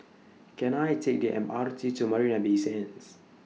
Can I Take The M R T to Marina Bay Sands